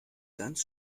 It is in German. ganz